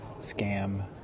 scam